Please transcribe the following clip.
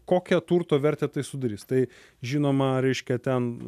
kokią turto vertę tai sudarys tai žinoma reiškia ten